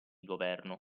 governo